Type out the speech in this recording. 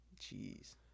Jeez